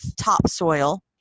topsoil